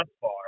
far